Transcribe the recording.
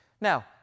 Now